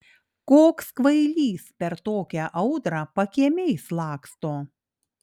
koks kvailys per tokią audrą pakiemiais laksto